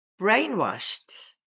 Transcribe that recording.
brainwashed